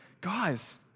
guys